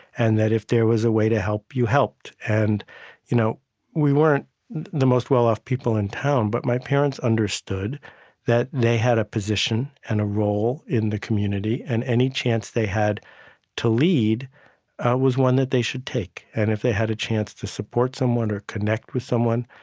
and that if there was a way to help, you helped. you know we weren't the most well-off people in town, but my parents understood that they had a position and a role in the community, and any chance they had to lead was one that they should take. and if they had a chance to support someone or connect with someone,